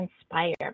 inspire